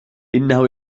إنه